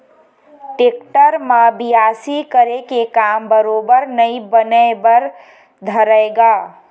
tractor म बियासी करे के काम बरोबर नइ बने बर धरय गा